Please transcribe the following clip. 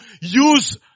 use